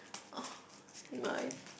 oh my